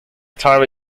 time